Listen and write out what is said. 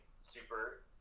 super